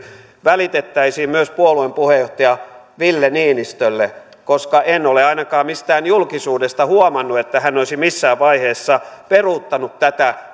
välitettäisiin myös puolueen puheenjohtaja ville niinistölle koska en ole ainakaan mistään julkisuudesta huomannut että hän olisi missään vaiheessa peruuttanut tätä